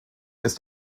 ist